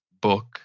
book